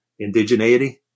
indigeneity